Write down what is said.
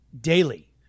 daily